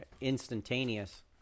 instantaneous